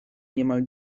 niemal